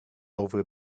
over